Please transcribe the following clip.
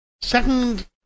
second